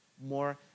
more